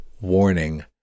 warning